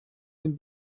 den